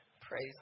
Praise